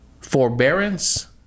forbearance